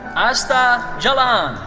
aastha jalan.